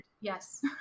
Yes